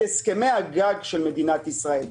את הסכמי הגג של מדינת ישראל.